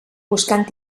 buscant